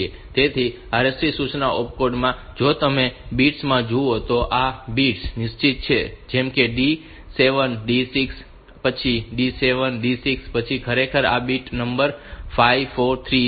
તેથી RST સૂચના opcode માં જો તમે બિટ્સ માં જુઓ તો આ બિટ્સ નિશ્ચિત છે જેમ કે D 7 કે D 6 પછી D7 D6 પછી ખરેખર આ બીટ નંબર 5 4 અને 3 છે